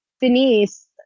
Denise